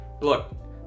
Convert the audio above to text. look